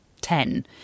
ten